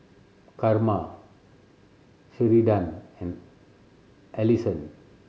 Karma Sheridan and Allyson